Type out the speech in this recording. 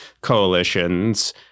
coalitions